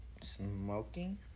smoking